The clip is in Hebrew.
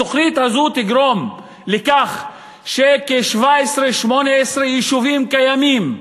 התוכנית הזאת תגרום לכך ש-17, 18 יישובים קיימים,